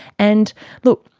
and look,